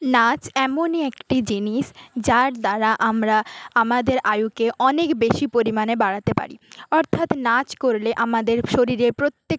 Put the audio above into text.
নাচ এমনই একটি জিনিস যার দ্বারা আমরা আমাদের আয়ুকে অনেক বেশি পরিমাণে বাড়াতে পারি অর্থাৎ নাচ করলে আমাদের শরীরের প্রত্যেকটি